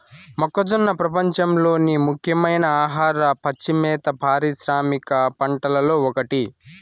మొక్కజొన్న ప్రపంచంలోని ముఖ్యమైన ఆహార, పచ్చి మేత పారిశ్రామిక పంటలలో ఒకటి